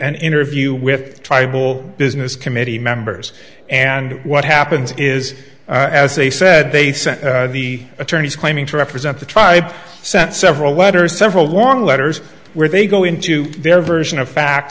an interview with tribal business committee members and what happens is as they said they sent the attorneys claiming to represent the tribe sent several letters several long letters where they go into their version of fact